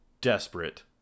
desperate